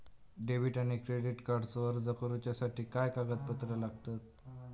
Debit आणि credit कार्डचो अर्ज करुच्यासाठी काय कागदपत्र लागतत?